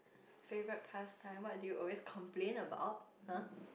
favourite pasttime what do you always complain about [huh]